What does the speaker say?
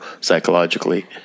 psychologically